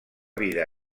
vida